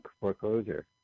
foreclosure